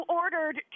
ordered